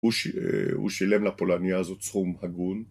הוא שילם לפולניה הזאת סכום הגון.